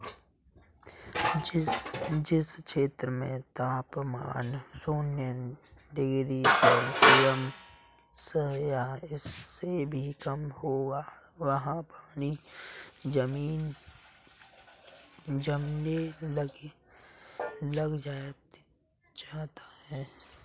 जिस क्षेत्र में तापमान शून्य डिग्री सेल्सियस या इससे भी कम होगा वहाँ पानी जमने लग जाता है